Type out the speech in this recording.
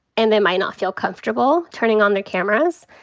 and they might not feel comfortable turning on the cameras.